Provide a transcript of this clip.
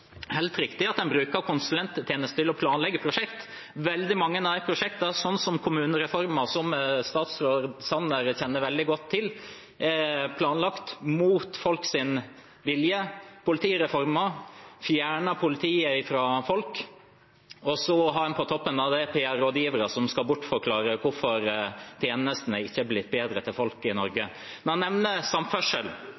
helt riktig at en bruker konsulenttjenester til å planlegge prosjekter. Veldig mange av de prosjektene – som kommunereformen, som statsråd Sanner kjenner veldig godt til – er planlagt mot folks vilje. Politireformen fjernet politiet fra folk. På toppen av det har en PR-rådgivere som skal bortforklare hvorfor tjenestene til folk i Norge ikke har blitt bedre.